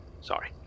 Sorry